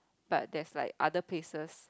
but there's like other places